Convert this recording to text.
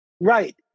Right